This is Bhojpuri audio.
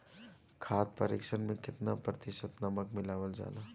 खाद्य परिक्षण में केतना प्रतिशत नमक मिलावल जाला?